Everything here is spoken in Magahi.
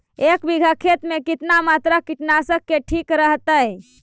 एक बीघा खेत में कितना मात्रा कीटनाशक के ठिक रहतय?